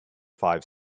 five